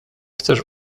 chcesz